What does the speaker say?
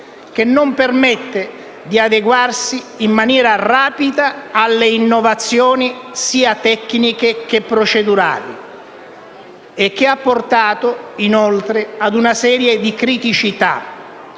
che non permette di adeguarsi in maniera rapida alle innovazioni sia tecniche che procedurali e che ha portato, inoltre, a una serie di criticità,